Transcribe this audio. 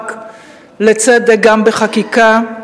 מאבק לצדק גם בחקיקה.